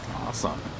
awesome